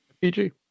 PG